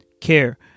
care